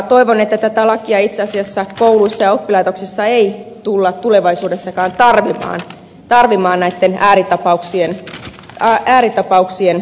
toivon että tätä lakia itse asiassa kouluissa ja oppilaitoksissa ei tulla tulevaisuudessakaan tarvitsemaan näiden ääritapauksien vuoksi